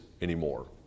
anymore